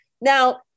Now